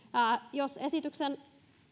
jos esityksestä